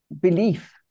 belief